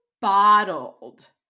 bottled